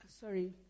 sorry